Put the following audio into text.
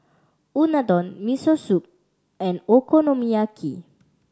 Unadon Miso Soup and Okonomiyaki